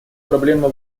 проблема